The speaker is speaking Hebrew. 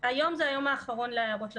היום זה היום האחרון להערות הציבור.